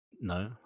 No